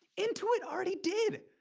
intuit already did.